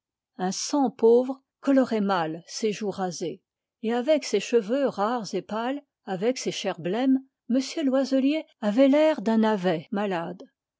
un sang pauvre colorait mal ses joues rasées et avec ses cheveux rares et pâles avec ses chairs blêmes m loiselier avait l'air d'un navet malade